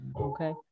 okay